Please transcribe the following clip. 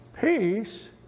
Peace